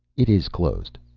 it is closed,